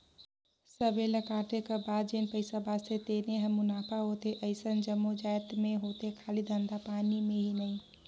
सबे ल कांटे कर बाद जेन पइसा बाचथे तेने हर मुनाफा होथे अइसन जम्मो जाएत में होथे खाली धंधा पानी में ही नई